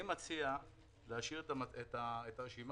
אני מציע להשאיר את הרשימה,